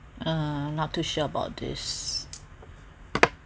uh not too sure about this